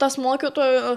tas mokytojų